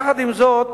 יחד עם זאת,